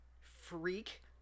freak